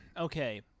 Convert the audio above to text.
Okay